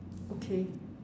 okay